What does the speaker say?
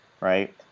right